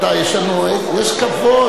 רבותי, יש כבוד.